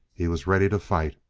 he was ready to fight.